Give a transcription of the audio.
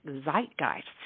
zeitgeist